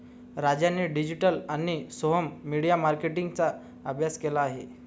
राजाने डिजिटल आणि social media मार्केटिंगचा अभ्यास केला आहे